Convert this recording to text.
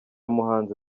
muhanzi